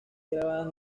grabadas